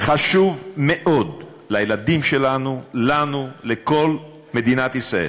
חשוב מאוד לילדים שלנו, לנו, לכל מדינת ישראל.